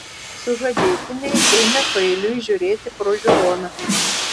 sužadėtiniai ėmė paeiliui žiūrėti pro žiūroną